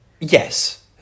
Yes